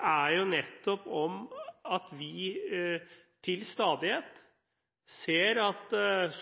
er jo nettopp at vi til stadighet ser at